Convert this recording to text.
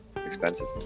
Expensive